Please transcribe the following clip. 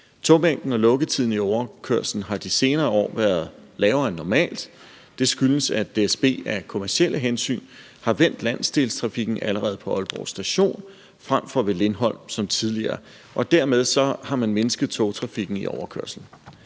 Togmængden og lukketiden i overkørslen har de seneste år været lavere end normalt. Det skyldes, at DSB af kommercielle hensyn allerede på Aalborg Station har vendt landsdelstrafikken frem for ved Lindholm som tidligere. Dermed har man mindsket togtrafikken i overkørslen.